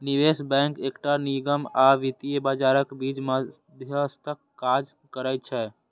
निवेश बैंक एकटा निगम आ वित्तीय बाजारक बीच मध्यस्थक काज करै छै